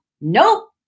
Nope